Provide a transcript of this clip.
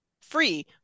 free